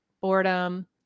boredom